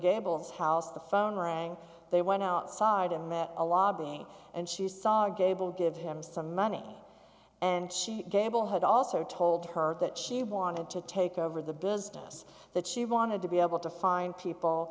gamble's house the phone rang they went outside and met a lobbying and she saw gable give him some money and she gamble had also told her that she wanted to take over the business that she wanted to be able to find people